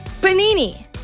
Panini